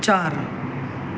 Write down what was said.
चार